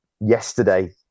yesterday